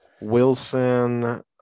wilson